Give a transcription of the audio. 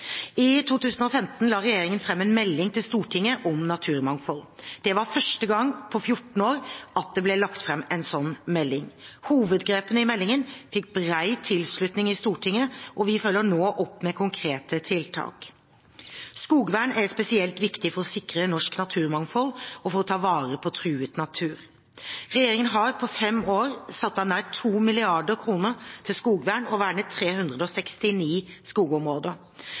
I 2015 la regjeringen fram en melding til Stortinget om naturmangfold. Det var første gang på 14 år at det ble lagt fram en slik melding. Hovedgrepene i meldingen fikk bred tilslutning i Stortinget, og vi følger nå opp med konkrete tiltak. Skogvern er spesielt viktig for å sikre norsk naturmangfold og for å ta vare på truet natur. Regjeringen har på fem år satt av nær 2 mrd. kr til skogvern og vernet